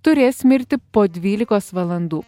turės mirti po dvylikos valandų